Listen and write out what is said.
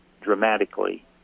dramatically